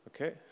Okay